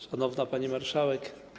Szanowna Pani Marszałek!